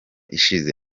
ishize